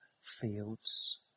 fields